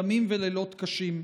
ימים ולילות קשים.